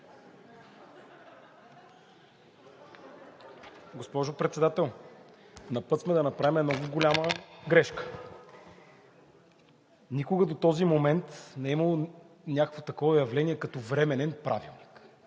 Госпожо Председател, на път сме да направим много голяма грешка. Никога до този момент не е имало някакво такова явление като временен правилник.